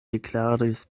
deklaris